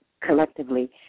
collectively